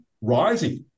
rising